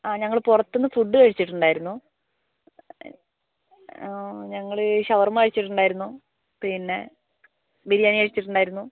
ആ ഞങ്ങൾ പുറത്തുനിന്ന് ഫുഡ് കഴിച്ചിട്ടുണ്ടായിരുന്നു ഞങ്ങൾ ഷവർമ കഴിച്ചിട്ട് ഉണ്ടായിരുന്നു പിന്നെ ബിരിയാണി കഴിച്ചിട്ട് ഉണ്ടായിരുന്നു